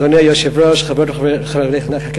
אדוני היושב-ראש, חברות וחברי הכנסת,